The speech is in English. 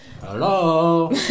Hello